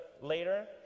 later